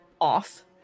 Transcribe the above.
off